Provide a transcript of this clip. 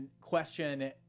question